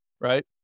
right